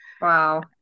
Wow